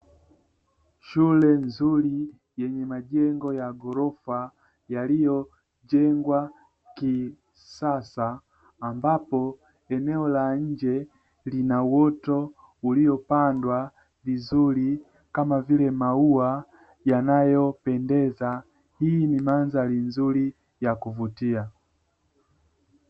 Shule nzuri yenye majengo ya ghorofa yaliyojengwa kisasa ambapo eneo la nje lina uoto uliopandwa vizuri kama vile maua yanayopendeza, hii ni mandhari nzuri ya kuvutia.